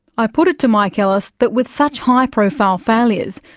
i put it to mike nellis that with such high profile failures,